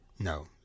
No